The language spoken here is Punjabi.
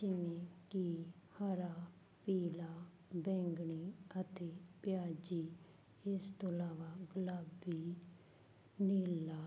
ਜਿਵੇਂ ਕਿ ਹਰਾ ਪੀਲਾ ਬੈਂਗਣੀ ਅਤੇ ਪਿਆਜੀ ਇਸ ਤੋਂ ਇਲਾਵਾ ਗੁਲਾਬੀ ਨੀਲਾ